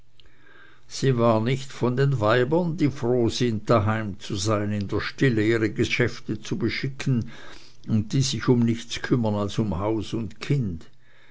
sie war nicht von den weibern die froh sind daheim zu sein in der stille ihre geschäfte zu beschicken und die sich um nichts kümmern als um haus und kind